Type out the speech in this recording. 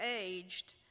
aged